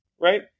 right